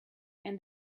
and